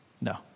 No